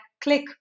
click